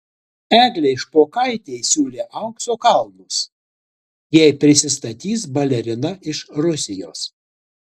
eglei špokaitei siūlė aukso kalnus jei prisistatys balerina iš rusijos